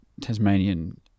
tasmanian